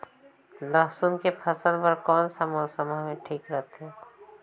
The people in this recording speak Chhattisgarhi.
लसुन के फसल बार कोन सा मौसम हवे ठीक रथे?